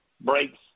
breaks